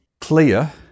clear